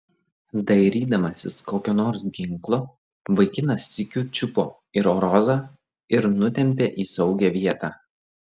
dairydamasis kokio nors ginklo vaikinas sykiu čiupo ir rozą ir nutempė į saugią vietą